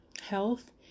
health